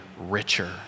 richer